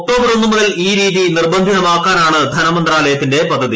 October ഒന്ന് മുതൽ ഈ രീതി നിർബന്ധിതമാക്കാനാണ് ധനമന്ത്രാലയത്തിന്റെ പദ്ധതി